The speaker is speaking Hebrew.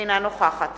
אינה נוכחת